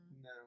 No